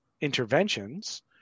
interventions